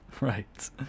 Right